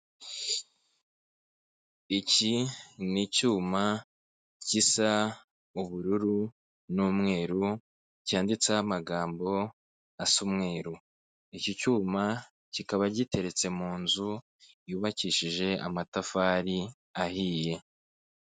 Iki ni icyuma gisa ubururu n'umweru cyanditseho amagambo asa umweru. Iki cyuma kikaba giteretse mu nzu yubakishije amatafari ahiye.